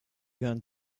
going